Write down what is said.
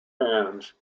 fans